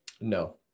No